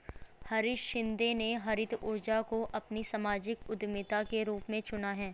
हरीश शिंदे ने हरित ऊर्जा को अपनी सामाजिक उद्यमिता के रूप में चुना है